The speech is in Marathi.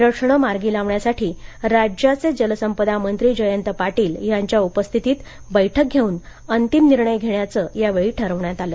प्रश्न मार्गी लावण्यासाठी राज्याचे जलसंपदा मंत्री जयंत पाटील यांच्या उपस्थितीत बैठक घेऊन अंतिम निर्णय घेण्याचं यावेळी ठरवण्यात आलं